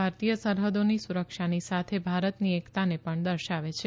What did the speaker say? ભારતીય સરહદોની સુરક્ષાની સાથે ભારતની એકતાને પણ દર્શાવે છે